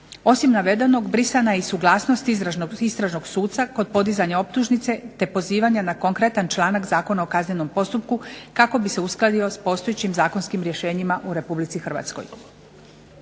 Osim navedenog brisana je i suglasnost istražnog suca kod podizanja optužnice te pozivanja na konkretan članak Zakona o kaznenom postupku kako bi se uskladio sa postojećim zakonskim rješenjima u RH.